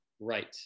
right